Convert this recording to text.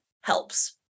helps